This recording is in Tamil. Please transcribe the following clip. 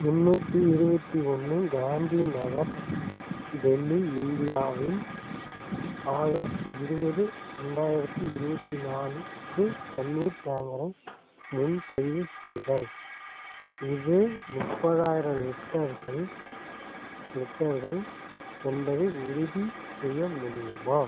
முந்நூற்றி இருபத்தி ஒன்று காந்தி நகர் டெல்லி இந்தியாவில் ஆகஸ்ட் இருபது ரெண்டாயிரத்தி இருவத்தி நாலுக்கு தண்ணீர் டேங்கரை முன்பதிவு செய்தல் இது முப்பதாயிரம் லிட்டர்கள் லிட்டர்கள் என்பதை உறுதி செய்ய முடியுமா